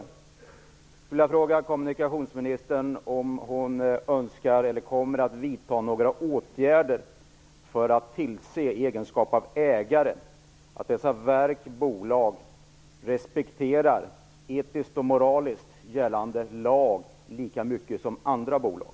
Jag skulle vilja fråga kommunikationsministern om hon kommer att vidta några åtgärder för att i egenskap av ägare tillse att dessa verk och bolag etiskt och moraliskt respekterar gällande lag lika mycket som andra bolag.